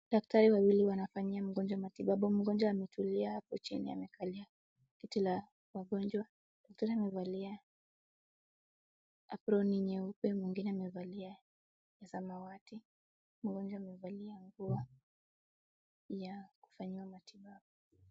Daktari waili wanafanyia mgonjwa matibabu, mgonjwa ametulia hapo chini amekalia kiti la wagonjwa, daktari wamevalia aproni nyeupe, mwingine amevalia ya samawati, mgonjwa amevalia nguo ya kufanyiwa matibabu.